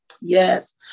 Yes